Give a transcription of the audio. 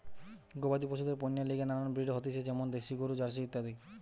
গবাদি পশুদের পণ্যের লিগে নানান ব্রিড হতিছে যেমন দ্যাশি গরু, জার্সি ইত্যাদি